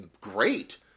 great